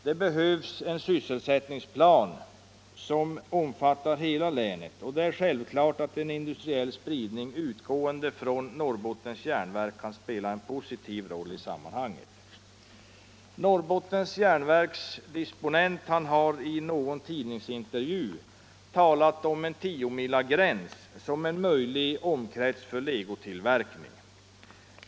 Det behövs en sysselsättningsplan som omfattar hela länet, och det är självklart att industriell spridning utgående från NJA kan spela en positiv roll i sammanhanget. NJA:s disponent har i någon tidningsintervju talat om en tiomilagräns som en möjlig omkrets för legotillverkning.